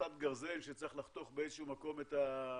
הנחתת גרזן, שצריך לחתוך באיזשהו מקום את השנה?